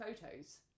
photos